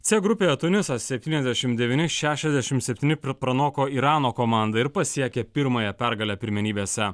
c grupėje tunisas septyniasdešimt devyni šešiasdešimt septyni pranoko irano komandą ir pasiekė pirmąją pergalę pirmenybėse